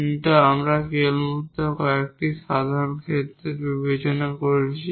কিন্তু আমরা কেবলমাত্র কয়েকটি সাধারণ ক্ষেত্রে বিবেচনা করেছি